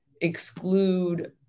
exclude